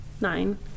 nine